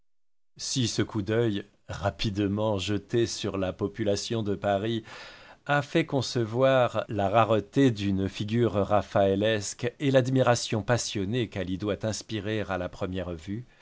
si ce coup d'œil rapidement jeté sur la population de paris a fait concevoir la rareté d'une figure raphaëlesque et l'admiration passionnée qu'elle y doit inspirer à première vue